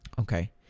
Okay